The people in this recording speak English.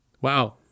Wow